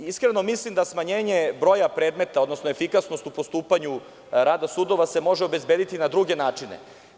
Iskreno mislim da smanjenje broja predmeta, odnosno efikasnost u postupanju rada sudova se može obezbediti na druge načine.